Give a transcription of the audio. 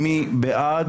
מי בעד?